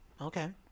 Okay